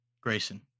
Grayson